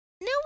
No